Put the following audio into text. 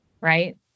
Right